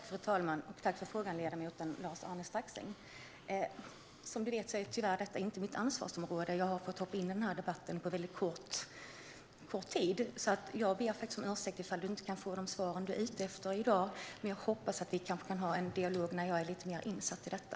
Fru talman! Tack för frågan, ledamoten Lars-Arne Staxäng! Som ledamoten vet är detta tyvärr inte mitt ansvarsområde. Jag har fått hoppa in i den här debatten med kort varsel. Jag ber därför om ursäkt för att jag inte kan ge de svar ledamoten är ute efter i dag, men jag hoppas att vi kan ha en dialog när jag är lite mer insatt i detta.